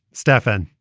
stefan,